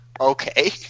Okay